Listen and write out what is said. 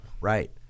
right